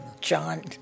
John